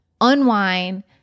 unwind